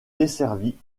desservie